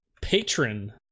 Patron